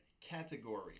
category